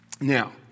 Now